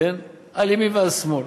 על ימין ועל שמאל,